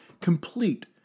complete